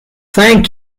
thank